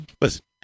Listen